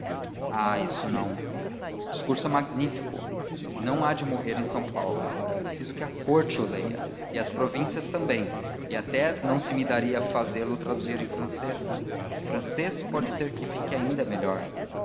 ah isso não o discurso é magnífico e não há de morrer em são paulo é preciso que a corte o leia e as províncias também e até não se me daria fazê-lo traduzir em francês em francês pode ser que fique ainda melhor